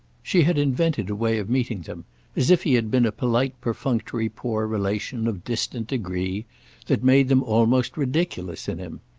she had invented a way of meeting them as if he had been a polite perfunctory poor relation, of distant degree that made them almost ridiculous in him.